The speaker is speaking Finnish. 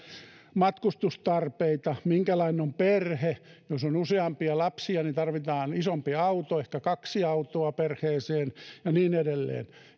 matkustustarpeita minkälainen on perhe jos on useampia lapsia niin tarvitaan isompi auto ehkä kaksi autoa perheeseen ja niin edelleen